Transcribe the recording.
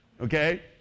okay